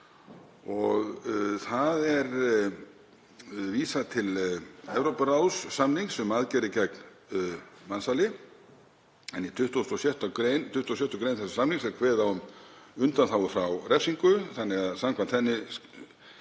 og þar er vísað til Evrópuráðssamnings um aðgerðir gegn mansali. Í 26. gr. þess samnings er kveðið á um undanþágu frá refsingu þannig að samkvæmt henni